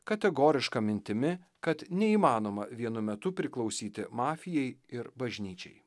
kategoriška mintimi kad neįmanoma vienu metu priklausyti mafijai ir bažnyčiai